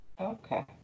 Okay